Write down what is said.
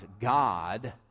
God